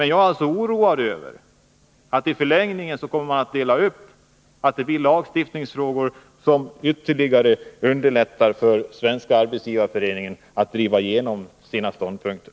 Men jag är oroad över att det som nu beslutas i förlängningen kommer att innebära en lagstiftning som ytterligare underlättar för Svenska arbetsgivareföreningen att driva igenom sina ståndpunkter.